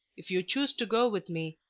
if you choose to go with me,